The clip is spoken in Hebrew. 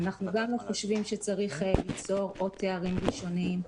אנחנו לגמרי חושבים שצריך ליצור עוד תארים ראשונים,